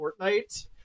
Fortnite